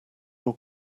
your